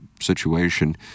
situation